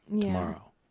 tomorrow